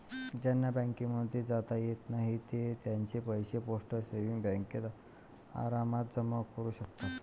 ज्यांना बँकांमध्ये जाता येत नाही ते त्यांचे पैसे पोस्ट सेविंग्स बँकेत आरामात जमा करू शकतात